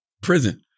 prison